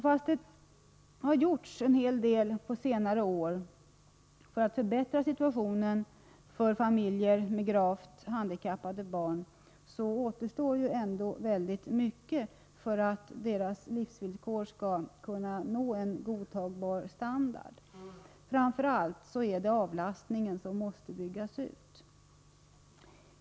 Fastän det har gjorts en hel del på senare år för att förbättra situationen för — Om korttidsvård familjer med gravt handikappade barn, återstår ändå väldigt mycket för att deras livsvillkor skall nå en godtagbar standard. Framför allt är det avlastningen som måste byggas ut.